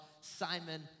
Simon